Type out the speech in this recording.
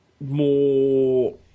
more